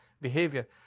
behavior